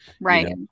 right